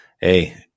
Hey